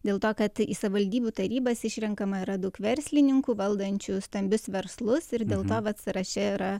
dėl to kad į savivaldybių tarybas išrenkama yra daug verslininkų valdančių stambius verslus ir dėl to vat sąraše yra